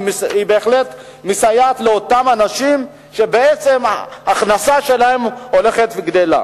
היא בהחלט מסייעת לאותם אנשים שבעצם ההכנסה שלהם הולכת וגדלה.